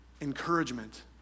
encouragement